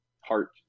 heart